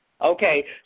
Okay